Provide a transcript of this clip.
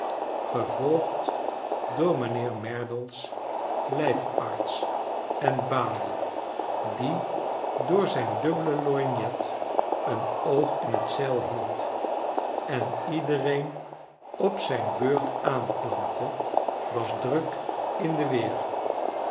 gevolgd door mij nheer merdle's lrj f arts en balie die door zijn dubbele lorgnet een oog in t zeil hield en iedereen op zijn beurt aanklampte was druk in de weer